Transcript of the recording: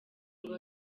ngo